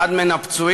אחד מן הפצועים,